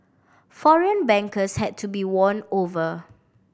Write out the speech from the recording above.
foreign bankers had to be won over